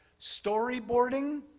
storyboarding